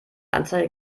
anzeige